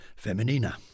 Feminina